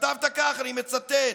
כתבת כך, אני מצטט: